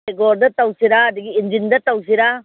ꯇꯦꯒꯣꯔꯗ ꯇꯧꯁꯤꯔꯥ ꯑꯗꯒꯤ ꯏꯟꯖꯤꯟꯗ ꯇꯧꯁꯤꯔꯥ